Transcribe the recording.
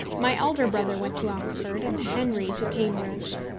my elder brother went to oxford, and henry to cambridge.